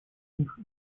них